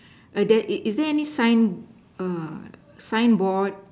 err there is is there any sign err signboard